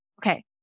okay